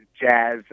jazz